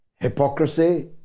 Hypocrisy